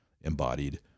embodied